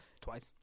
twice